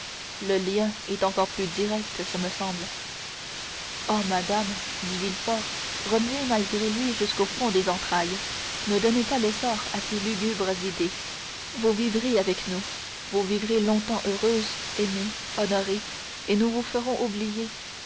le lien est encore plus direct ce me semble oh madame dit villefort remué malgré lui jusqu'au fond des entrailles ne donnez pas l'essor à ces lugubres idées vous vivrez avec nous vous vivrez longtemps heureuse aimée honorée et nous vous ferons oublier